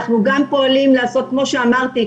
כמו שאמרתי,